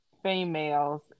Females